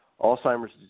Alzheimer's